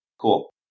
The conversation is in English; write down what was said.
Cool